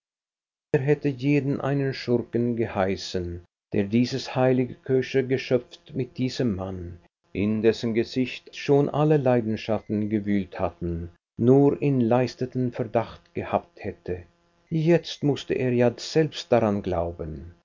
hätte jeden einen schurken geheißen der dieses heilige keusche geschöpf mit diesem mann in dessen gesicht schon alle leidenschaften gewühlt hatten nur im leisesten verdacht gehabt hätte jetzt mußte er ja selbst daran glauben